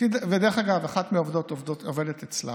דרך אגב, אחת מהעובדות עובדת אצלה: